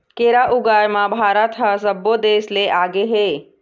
केरा ऊगाए म भारत ह सब्बो देस ले आगे हे